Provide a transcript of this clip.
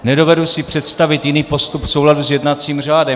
Nedovedu si představit jiný postup v souladu s jednacím řádem.